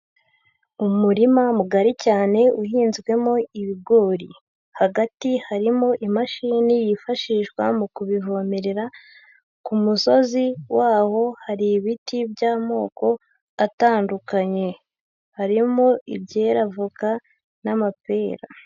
Umurima mugari cyane uhinzwemo ibigori, hagati harimo imashini yifashishwa mu kubivomerera ku musozi waho hari ibiti by'amoko atandukanye, harimo ibyera avoka n'amapera.